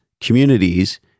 communities